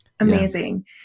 Amazing